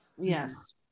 Yes